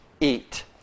eat